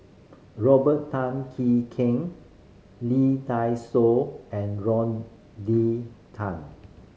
Robert Tan Jee Keng Lee Dai Soh and Rodney Tan